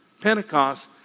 Pentecost